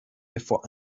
before